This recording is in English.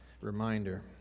reminder